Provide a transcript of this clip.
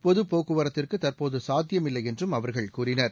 பொது போக்குவரத்துக்கு தற்போது சாத்தியமில்லை என்றும் அவர்கள் கூறினர்